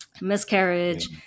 miscarriage